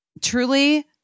truly